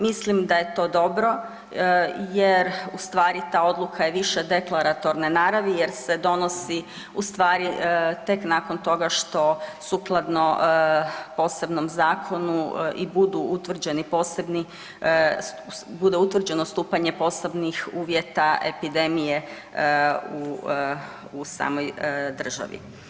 Mislim da je to dobro jer ustvari ta odluka je više deklaratorne naravi jer se donosi ustvari tek nakon toga što sukladno posebnom zakonu i budu utvrđeni, bude utvrđeno stupanje posebnih uvjeta epidemije u samoj državi.